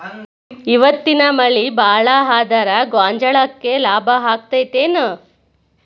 ಇವತ್ತಿನ ಮಳಿ ಭಾಳ ಆದರ ಗೊಂಜಾಳಕ್ಕ ಲಾಭ ಆಕ್ಕೆತಿ ಏನ್?